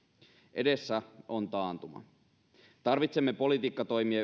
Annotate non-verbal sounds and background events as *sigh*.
edessä on taantuma tarvitsemme politiikkatoimia *unintelligible*